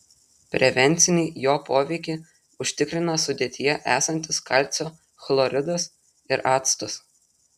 prevencinį jo poveikį užtikrina sudėtyje esantis kalcio chloridas ir actas